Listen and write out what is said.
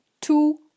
two